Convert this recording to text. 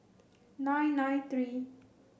nine nine three